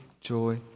joy